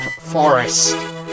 Forest